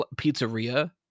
pizzeria